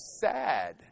sad